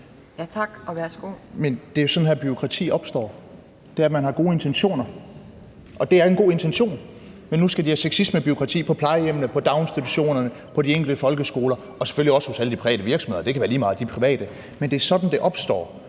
Vanopslagh (LA): Men det er jo sådan her, at bureaukrati opstår, nemlig at man har gode intentioner. Og det her er en god intention, men nu skal de have sexismebureaukrati på plejehjemmene, i daginstitutionerne, på de enkelte folkeskoler og selvfølgelig også i alle de private virksomheder – det kan være lige meget, for de er private – men det er sådan, at det opstår.